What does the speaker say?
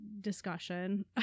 discussion